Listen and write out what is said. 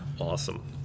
awesome